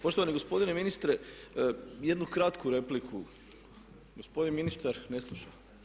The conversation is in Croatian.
Poštovani gospodine ministre jednu kratku repliku, gospodin ministar ne sluša.